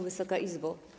Wysoka Izbo!